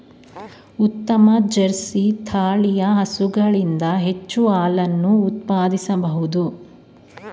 ಉತ್ತಮ ಜರ್ಸಿ ತಳಿಯ ಹಸುಗಳಿಂದ ಹೆಚ್ಚು ಹಾಲನ್ನು ಉತ್ಪಾದಿಸಬೋದು